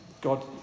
God